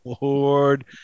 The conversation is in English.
Lord